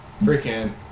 freaking